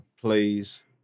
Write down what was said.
Please